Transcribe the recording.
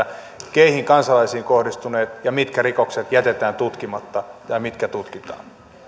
keihin kansalaisiin kohdistuneet ja mitkä rikokset jätetään tutkimatta ja mitkä tutkitaan